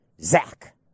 Zach